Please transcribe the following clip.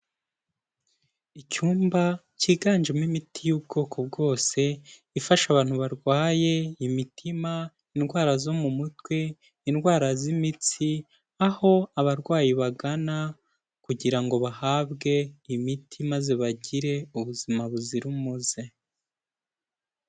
Icyumba cyiganjemo imiti y'ubwoko bwose ifasha abantu barwaye imitima indwara zo mu mutwe indwara z'imitsi, aho abarwayi bagana, kugira ngo bahabwe imiti maze bagire ubuzima buzira umuze.